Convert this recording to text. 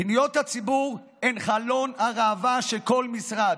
פניות הציבור הן חלון הראווה של כל משרד.